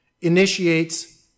initiates